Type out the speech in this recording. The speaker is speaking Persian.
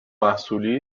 محصولی